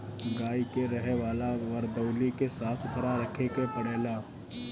गाई के रहे वाला वरदौली के साफ़ सुथरा रखे के पड़ेला